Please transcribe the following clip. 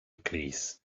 place